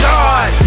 God